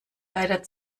leider